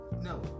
No